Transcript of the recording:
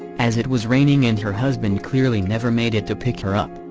as it was raining and her husband clearly never made it to pick her up.